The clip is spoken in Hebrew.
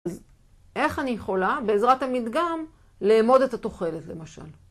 אז איך אני יכולה בעזרת המדגם לעמוד את התוחלת למשל?